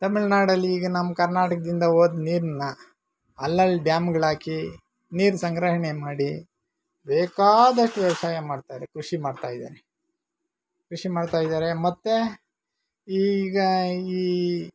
ತಮಿಳ್ನಾಡಲ್ಲಿ ಈಗ ನಮ್ಮ ಕರ್ನಾಟಕದಿಂದ ಹೋದ ನೀರನ್ನ ಅಲ್ಲಲ್ಲಿ ಡ್ಯಾಮ್ಗಳಾಕಿ ನೀರು ಸಂಗ್ರಹಣೆ ಮಾಡಿ ಬೇಕಾದಷ್ಟು ವ್ಯವಸಾಯ ಮಾಡ್ತಾರೆ ಕೃಷಿ ಮಾಡ್ತಾ ಇದ್ದಾರೆ ಕೃಷಿ ಮಾಡ್ತಾ ಇದ್ದಾರೆ ಮತ್ತು ಈಗ ಈ